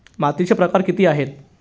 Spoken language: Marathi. मातीचे प्रकार किती आहेत?